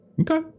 Okay